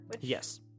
Yes